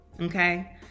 okay